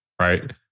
right